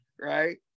right